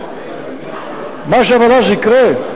אבל מה שאז יקרה,